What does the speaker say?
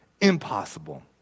Impossible